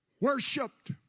worshipped